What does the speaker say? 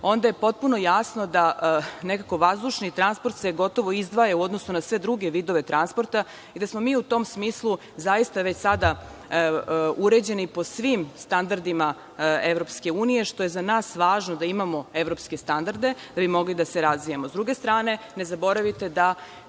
onda je potpuno jasno da se nekako vazdušni transport govoto izdvaja u odnosu na sve druge vidove transporta i da smo mi u tom smislu zaista već sada uređeni po svim standardima EU, što je za nas važno da imamo evropske standarde da bi mogli da se razvijamo. Sa druge strane, ne zaboravite da